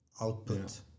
output